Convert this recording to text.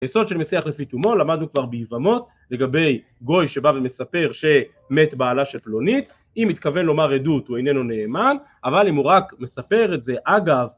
יסוד של מסייח לפיתומו למדנו כבר בעיוונות לגבי גוי שבא ומספר שמת בעלה של פלונית אם מתכוון לומר עדות הוא איננו נאמן אבל אם הוא רק מספר את זה אגב